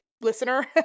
listener